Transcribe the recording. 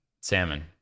salmon